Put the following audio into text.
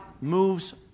moves